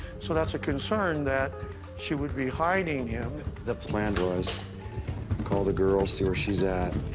so that's a concern that she would be hiding him. the plan was call the girl, see where she's at.